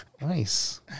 Nice